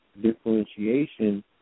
differentiation